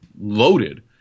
loaded